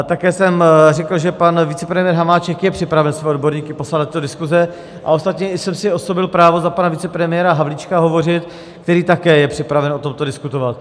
Také jsem řekl, že pan vicepremiér Hamáček je připraven své odborníky poslat do té diskuze, a ostatně jsem si osobil právo za pana vicepremiéra Havlíčka hovořit, který je také připraven o tomto diskutovat.